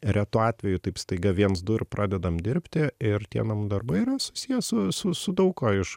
retu atveju taip staiga viens du ir pradedam dirbti ir tie namų darbai yra susiję su su su daug kuo iš